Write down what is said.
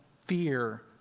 fear